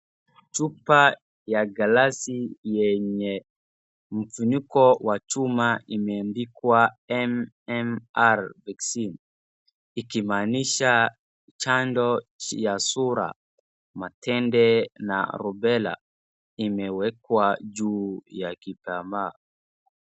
Chupa ya galasi yenye ufuniko ya chuma imeandikwa MMR Vaccine ikimaanisha chanjo ya sura, matende na rubela imewekwa juu ya kitambaa.